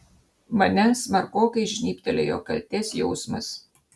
mane smarkokai žnybtelėjo kaltės jausmas